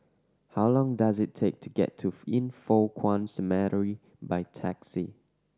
how long does it take to get to Yin Foh Kuan Cemetery by taxi